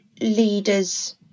leaders